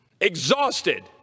exhausted